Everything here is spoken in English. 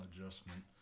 adjustment